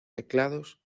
teclados